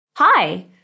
Hi